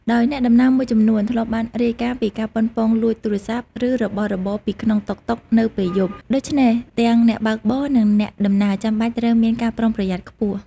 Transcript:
ដោយអ្នកដំណើរមួយចំនួនធ្លាប់បានរាយការណ៍ពីការប៉ុនប៉ងលួចទូរស័ព្ទ ឬរបស់របរពីក្នុងតុកតុកនៅពេលយប់ ដូច្នេះទាំងអ្នកបើកបរ និងអ្នកដំណើរចាំបាច់ត្រូវមានការប្រុងប្រយ័ត្នខ្ពស់។